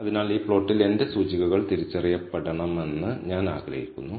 അതിനാൽ ഈ പ്ലോട്ടിൽ എന്റെ സൂചികകൾ തിരിച്ചറിയപ്പെടണമെന്ന് ഞാൻ ആഗ്രഹിക്കുന്നു